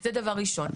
זה דבר ראשון.